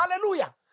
Hallelujah